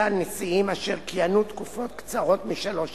על נשיאים אשר כיהנו תקופות קצרות משלוש שנים,